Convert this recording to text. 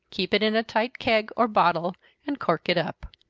keep it in a tight keg, or bottle and cork it up.